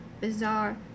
bizarre